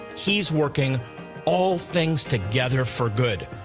he is working all things together for good.